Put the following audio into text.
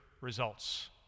results